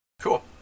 Cool